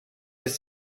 ist